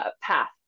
path